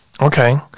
Okay